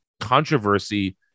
controversy